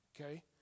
Okay